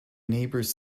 neighbour’s